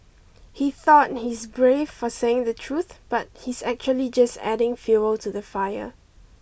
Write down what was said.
He thought he's brave for saying the truth but he's actually just adding fuel to the fire